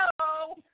Hello